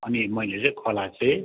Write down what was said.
अनि मैले चाहिँ कला चाहिँ